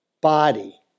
body